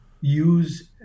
use